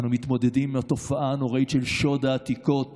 אנו מתמודדים עם התופעה הנוראית של שוד העתיקות